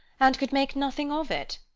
and could make nothing of it.